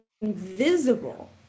invisible